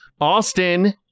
Austin